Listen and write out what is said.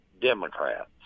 Democrats